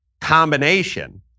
combination